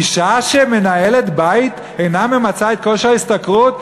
אישה שמנהלת בית אינה ממצה את כושר ההשתכרות?